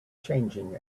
changing